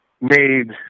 made